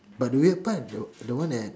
but do we apply the the one at